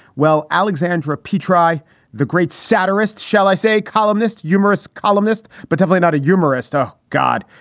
well, alexandra p try the great satirists, shall i say. columnist, humorous columnist, but totally not a humorist. ah god.